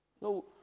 No